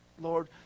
Lord